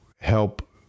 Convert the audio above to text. help